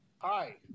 Hi